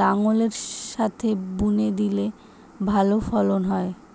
লাঙ্গলের সাথে বুনে দিলে ভালো ফলন হয়?